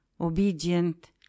obedient